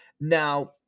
Now